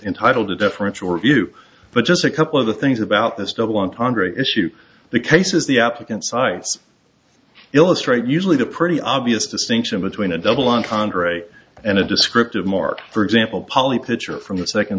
entitle to differential review but just a couple of the things about this double entendre issue the cases the applicant cites illustrate usually a pretty obvious distinction between a double entendre and a descriptive mark for example polly pitcher from the second